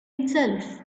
itself